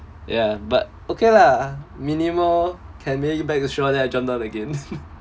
ya but okay lah minimal can make you back assure that